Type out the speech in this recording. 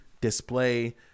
display